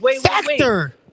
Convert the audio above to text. factor